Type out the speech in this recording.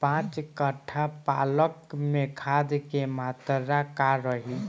पाँच कट्ठा पालक में खाद के मात्रा का रही?